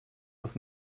auf